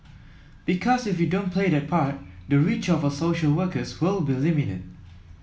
because if we don't play that part the reach of our social workers will be limited